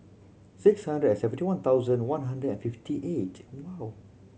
six hundred and seventy one thousand one hundred and fifty eight no